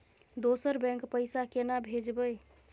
दोसर बैंक पैसा केना भेजबै?